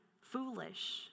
foolish